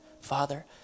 Father